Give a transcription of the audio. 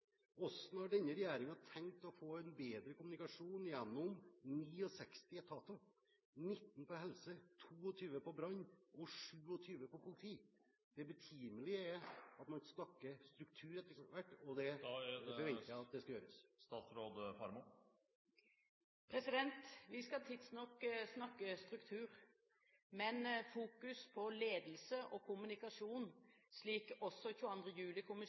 har denne regjeringen tenkt å få en bedre kommunikasjon gjennom 69 etater – 19 på helse, 23 på brann og 27 på politi? Det er betimelig at man snakker struktur etter hvert, og det forventer jeg skal gjøres. Vi skal tidsnok snakke struktur, men fokus på ledelse og kommunikasjon, slik 22. juli-kommisjonen peker på, er viktig også